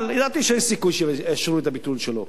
אבל ידעתי שאין סיכוי שיאשרו את הביטול שלו.